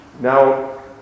Now